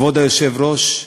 כבוד היושב-ראש,